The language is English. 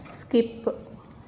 skip